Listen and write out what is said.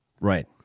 Right